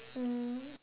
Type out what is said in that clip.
mmhmm